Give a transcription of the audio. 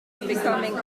becoming